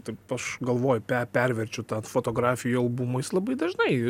taip aš galvoju per perverčiu tą fotografijų albumą jis labai dažnai